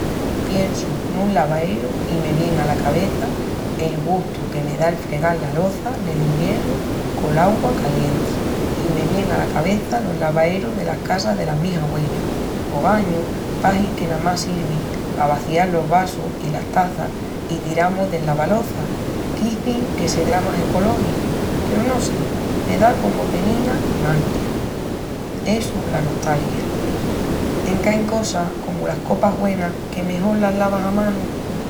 Piensu nun lavaeru i me vien ala cabeça el gustu que da el fregal la loça nel iviernu col'augua calienti. I me vienin ala cabeça los lavaerus delas casas delas mis agüelas. Ogañu pahi que namás sirvi pa vazial los vasus i las taças i tiramus de lavaloças, qu'izin que sedrá más ecológicu peru, no sé... me da comu penina i mangria. Essu, la nostalgia. Enque ain cosas, comu las copas güenas, que mejol las lavas a manu.